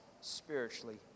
spiritually